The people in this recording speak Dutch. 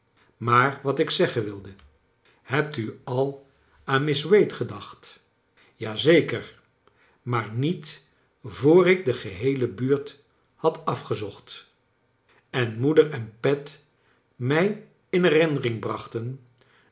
maar wat ik zeggen wilde hebt u al aan miss wade gedacht ja zeker maar niet voor ik de geheele buurt had afgezocht en moeder en pet mij in herinnering brachten